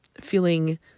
feeling